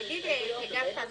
תגיד, הגשת נוסח,